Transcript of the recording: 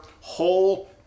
whole